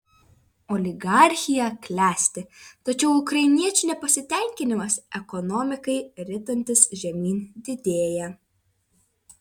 oligarchija klesti tačiau ukrainiečių nepasitenkinimas ekonomikai ritantis žemyn didėja